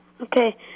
Okay